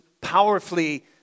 powerfully